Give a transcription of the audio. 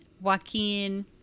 Joaquin